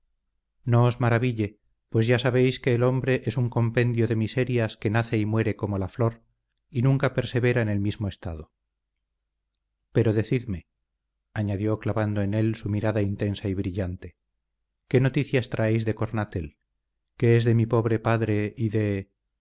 no os maraville pues ya sabéis que el hombre es un compendio de miserias que nace y muere como la flor y nunca persevera en el mismo estado pero decidme añadió clavando en él su mirada intensa y brillante qué noticias traéis de cornatel qué es de mi noble padre y de